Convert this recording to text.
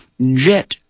jet